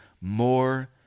more